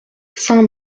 saint